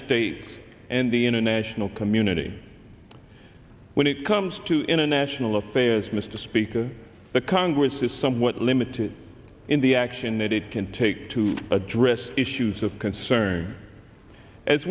states and the international community when it comes to international affairs mr speaker the congress is somewhat limited in the action that it can take to address issues of concern as